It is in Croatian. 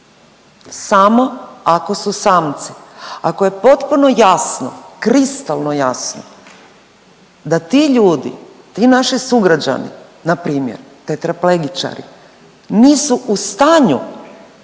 samo ako su samci. Ako je potpuno jasno, kristalno jasno da ti ljudi, ti naši sugrađani na primjer tetraplegičari nisu u stanju